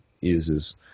uses